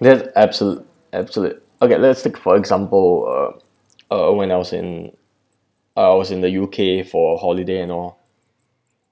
yes absolute absolute okay let's take for example uh uh when I was in I was in the U_K for a holiday and all